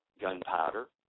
gunpowder